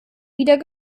wieder